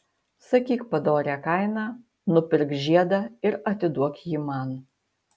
sakyk padorią kainą nupirk žiedą ir atiduok jį man